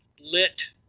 lit